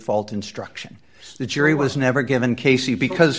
fault instruction so the jury was never given casey because